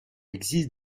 existe